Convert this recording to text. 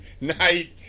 night